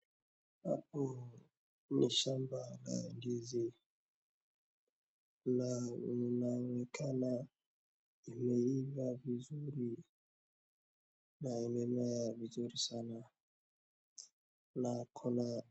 Hapo ni shamba la ndizi, na linaokena limeivaa vizuri, na lina nguvu sana ,na kuna[.]